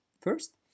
first